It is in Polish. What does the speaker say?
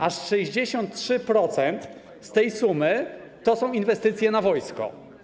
Aż 63% z tej sumy to są inwestycje na wojsko.